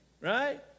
Right